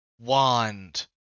wand